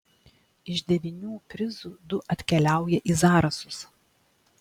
iš devynių prizų du atkeliauja į zarasus